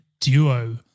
duo